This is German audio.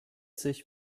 sich